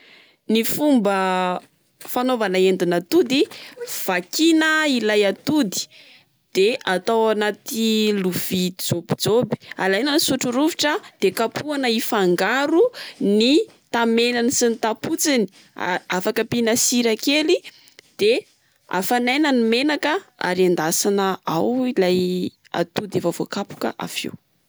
Ny fomba fanaovana endin'atody: vakiana ilay atody de atao anaty lovia jôbijôby. Alaina ny sotro rovitra, de kapohana hifangaro ny tamenany sy ny tapotsiny. Afaka ampiana sira kely. De afanaina ny menaka ary endasina ao ilay atody efa vokapoka avy eo.